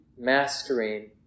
mastering